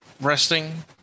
resting